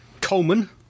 Coleman